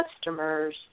customers